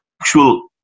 actual